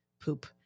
poop